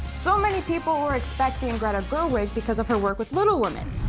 so many people were expecting and greta gerwig because of her work with little women.